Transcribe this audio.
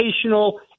educational